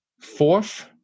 fourth